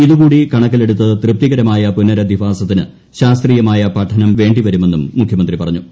ഇത് കൂടി കണക്കിലെടുത്ത് തൃപ്തികരമായ പുനരധിവാസത്തിന് ശാസ്ത്രീയമായ പഠനം വേണ്ടിവരുമെന്നും മുഖ്യമന്ത്രി പറഞ്ഞു